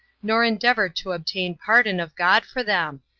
nor endeavor to obtain pardon of god for them,